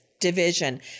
Division